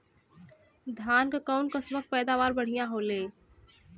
धान क कऊन कसमक पैदावार बढ़िया होले?